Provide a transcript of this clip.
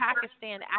Pakistan